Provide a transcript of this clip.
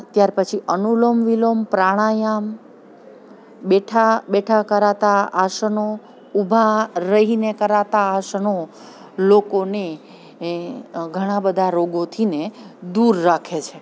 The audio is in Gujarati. ત્યાર પછી અનુલોમ વિલોમ પ્રાણાયામ બેઠા બેઠા કરાતા આસનો ઊભા રહીને કરાતા આસનો લોકોને ઘણા બધા રોગોથીને દૂર રાખે છે